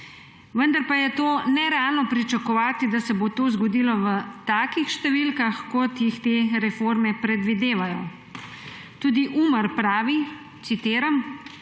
vendar pa je nerealno pričakovati, da se bo to zgodilo v takih številkah, kot jih te reforme predvidevajo. Tudi Umar pravi, da, citiram: